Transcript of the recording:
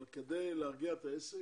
אבל כדי להרגיע את העסק